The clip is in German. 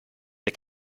wer